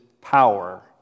power